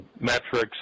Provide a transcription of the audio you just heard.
metrics